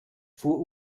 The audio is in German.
fuhr